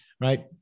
Right